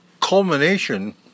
culmination